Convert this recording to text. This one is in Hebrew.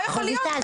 רויטל,